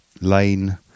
lane